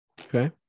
Okay